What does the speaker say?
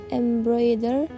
embroider